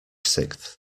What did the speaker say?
sixth